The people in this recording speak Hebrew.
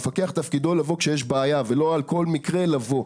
המפקח תפקידו לבוא כשיש בעיה ולא על כול מקרה לבוא.